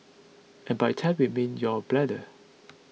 and by tank we mean your bladder